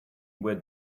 where